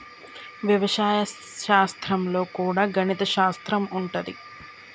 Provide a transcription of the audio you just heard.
వ్యవసాయ శాస్త్రం లో కూడా గణిత శాస్త్రం ఉంటది